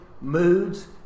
moods